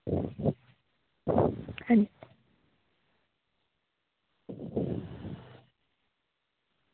अं